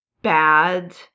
bad